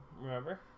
remember